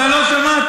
אתה לא שמעת.